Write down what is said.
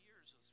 years